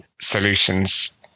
solutions